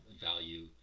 Value